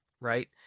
right